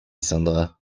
sandra